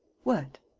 what?